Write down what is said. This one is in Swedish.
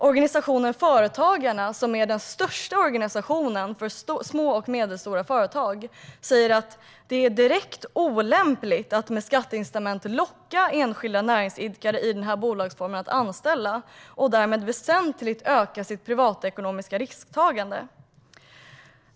Organisationen Företagarna, som är den största organisationen för små och medelstora företag, säger att det är direkt olämpligt att med skatteincitament locka enskilda näringsidkare i denna bolagsform att anställa och därmed väsentligt öka sitt privatekonomiska risktagande.